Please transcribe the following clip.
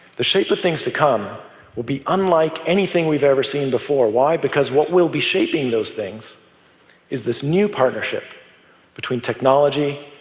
the shape of things to come will be unlike anything we've ever seen before. why? because what will be shaping those things is this new partnership partnership between technology,